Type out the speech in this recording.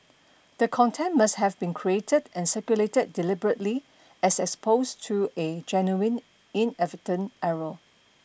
the content must have been created and circulated deliberately as opposed to a genuine inadvertent error